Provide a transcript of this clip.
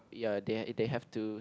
ya they had they have to